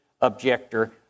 objector